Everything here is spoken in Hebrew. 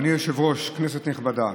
אדוני היושב-ראש, כנסת נכבדה,